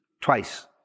twice